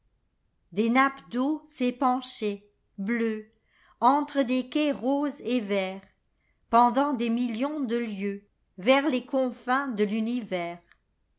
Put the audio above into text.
des nappes d'eau s'épanchaient bleues entre des quais roses et verts pendant des millions de lieues vers les confins de l'univers